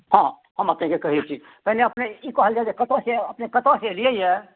हँ हम अपनेके कहैत छी पहिने अपने ई कहल जाय जे कतयसँ अपने कतयसँ एलियैए